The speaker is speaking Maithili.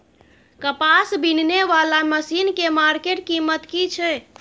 कपास बीनने वाला मसीन के मार्केट कीमत की छै?